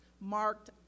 marked